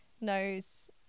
knows